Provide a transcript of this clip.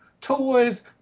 toys